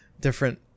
different